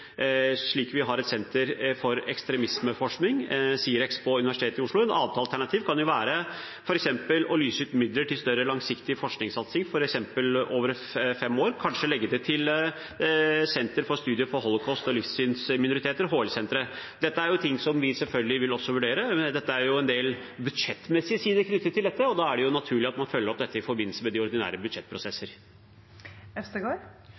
ekstremismeforskning, C-REX, på Universitetet i Oslo. Et annet alternativ kan være å lyse ut midler til en større langsiktig forskningssatsing, f.eks. over fem år, og kanskje legge det til Senter for studier av Holocaust og livssynsminoriteter, HL-senteret. Dette er ting som vi selvfølgelig også vil vurdere. Det er en del budsjettmessige sider knyttet til dette, og da er det naturlig at man følger opp dette i forbindelse med de ordinære